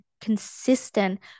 consistent